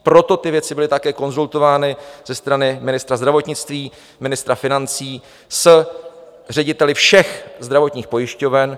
Proto ty věci byly také konzultovány ze strany ministra zdravotnictví, ministra financí s řediteli všech zdravotních pojišťoven.